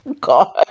God